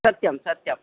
सत्यं सत्यम्